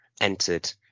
entered